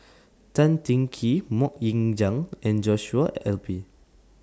Tan Teng Kee Mok Ying Jang and Joshua Ip